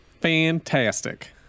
fantastic